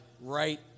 right